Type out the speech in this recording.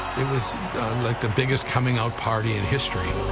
it was like the biggest coming-out party in history.